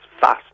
fast